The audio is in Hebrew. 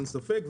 אין ספק.